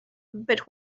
but